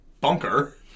Bunker